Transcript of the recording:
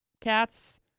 cats